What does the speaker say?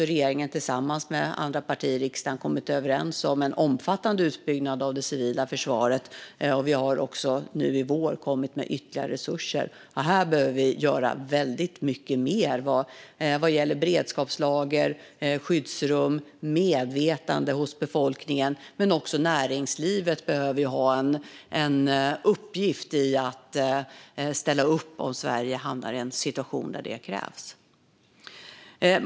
Regeringen har tillsammans med andra partier i riksdagen kommit överens om en omfattande utbyggnad av det civila försvaret, och vi har också nu i vår kommit med ytterligare resurser. Här behöver vi göra väldigt mycket mer vad gäller beredskapslager, skyddsrum och medvetande hos befolkningen. Även näringslivet behöver ha till uppgift att ställa upp om Sverige hamnar i en situation där detta krävs.